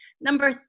Number